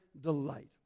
delight